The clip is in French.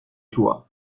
joie